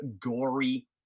gory